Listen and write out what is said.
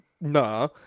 nah